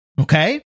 Okay